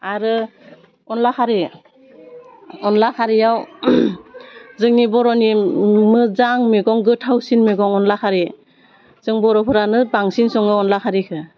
आरो अनला खारि अनला खारियाव जोंनि बर'नि मोजां मैगं गोथावसिन मैगं अनला खारि जों बर'फोरानो बांसिन सङो अनला खारिखौ